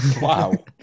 Wow